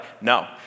No